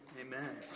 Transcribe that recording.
Amen